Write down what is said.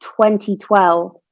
2012